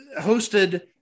hosted